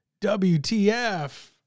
WTF